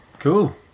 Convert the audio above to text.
Cool